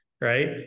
right